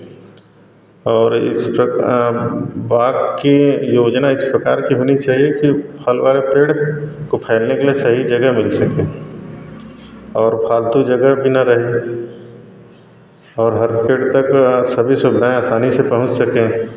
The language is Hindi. और इस ट्रक बाद की योजना इस प्रकार की होनी चाहिए कि फल वाले पेड़ को फैलने के लिए सही जगह मिल सके और फ़ालतू जगह भी न रहे और हर पेड़ तक सभी सुविधा आसानी से पहुँच सकें